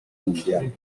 mundial